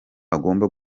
agomba